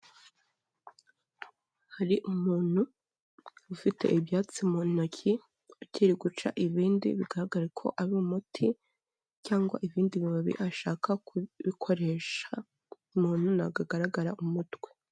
Hari umuntu ufite ibyatsi mu ntoki ukiri guca ibindi, bigaragara ko ari umuti cyangwa ibindi bibabi ashaka kubikoresha, umuntu ntabwo agaragara umutwe.